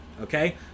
okay